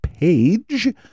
Page